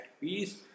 peace